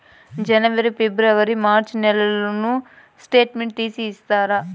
జనవరి, ఫిబ్రవరి, మార్చ్ నెలల స్టేట్మెంట్ తీసి ఇస్తారా?